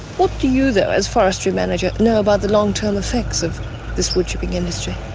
what do you, though, as forestry manager, know about the long-term effects of this wood chipping industry?